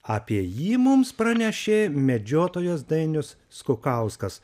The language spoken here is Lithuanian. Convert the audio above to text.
apie jį mums pranešė medžiotojas dainius skukauskas